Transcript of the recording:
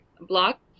block